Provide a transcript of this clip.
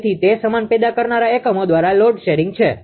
તેથી તે સમાંતર પેદા કરનારા એકમો દ્વારા લોડ શેરિંગ છે